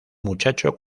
muchacho